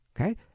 Okay